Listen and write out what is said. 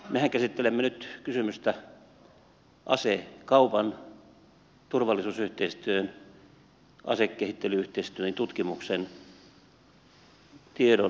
mehän käsittelemme nyt kysymystä asekaupan turvallisuusyhteistyön asekehittely yhteistyön ja tutkimuksen tiedon salaamisesta